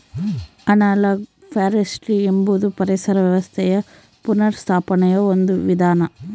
analogue forestry ಎಂಬುದು ಪರಿಸರ ವ್ಯವಸ್ಥೆಯ ಪುನಃಸ್ಥಾಪನೆಯ ಒಂದು ವಿಧಾನ